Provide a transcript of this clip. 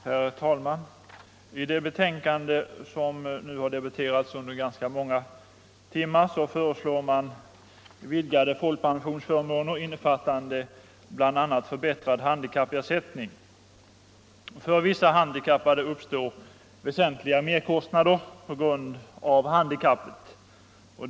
Herr talman! I det betänkande som nu har debatterats under ganska många timmar föreslås vidgade folkpensionsförmåner, innefattande bl.a. förbättrad handikappersättning. För vissa handikappade uppstår väsentliga merkostnader på grund av handikappet.